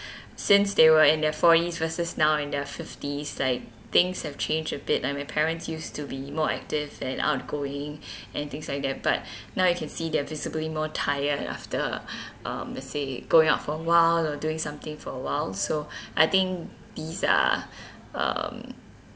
since they were in their forties versus now in their fifties like things have change a bit my parents used to be more active and outgoing and things like that but now I can see their visibly more tired after um let's say going out for a while or doing something for a while so I think these are um